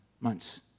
months